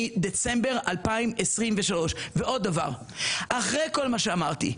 מדצמבר 2023. עוד דבר: אחרי כל מה שאמרתי,